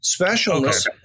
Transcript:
specialness